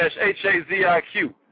H-A-Z-I-Q